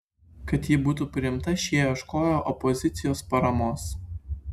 kad ji būtų priimta šie ieškojo opozicijos paramos